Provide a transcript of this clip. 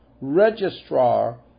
Registrar